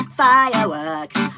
fireworks